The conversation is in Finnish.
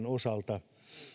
osalta